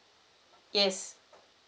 yes